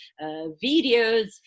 videos